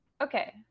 Okay